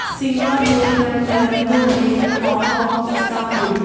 Singapore London Dubai Hong Kong Istanbul